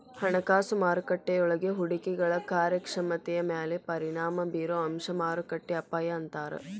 ಹಣಕಾಸು ಮಾರುಕಟ್ಟೆಯೊಳಗ ಹೂಡಿಕೆಗಳ ಕಾರ್ಯಕ್ಷಮತೆ ಮ್ಯಾಲೆ ಪರಿಣಾಮ ಬಿರೊ ಅಂಶಕ್ಕ ಮಾರುಕಟ್ಟೆ ಅಪಾಯ ಅಂತಾರ